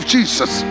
Jesus